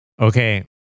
Okay